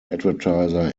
advertiser